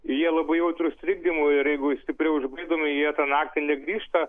jie labai jautrūs trikdymui ir jeigu stipriau išbaidomi jie tą naktį negrįžta